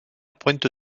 pointe